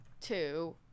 two